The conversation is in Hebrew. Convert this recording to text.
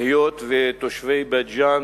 היות שתושבי בית-ג'ן,